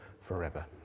forever